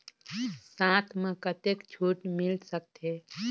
साथ म कतेक छूट मिल सकथे?